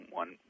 one